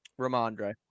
Ramondre